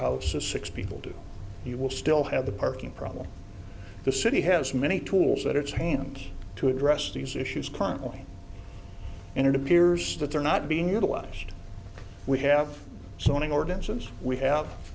houses six people do you will still have the parking problem the city has many tools at its hands to address these issues currently and it appears that they're not being utilized we have